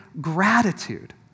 gratitude